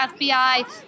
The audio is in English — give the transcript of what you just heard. FBI